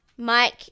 Mike